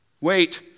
Wait